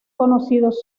conocidos